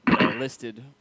listed